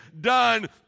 done